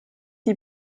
die